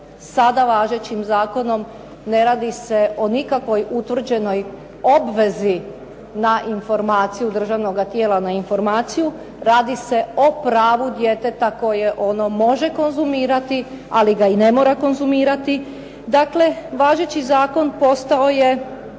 sada važećim zakonom ne radi se o nikakvoj utvrđenoj obvezi na informaciju, državnoga tijela na informaciju, radi se o pravu djeteta koje ono može konzumirati, ali ga i ne mora konzumirati. Dakle, važeći zakon postao je,